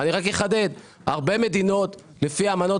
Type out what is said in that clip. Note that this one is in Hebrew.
אני רק אחדד ואומר שבהרבה מדינות לפי האמנות,